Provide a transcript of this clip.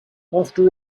after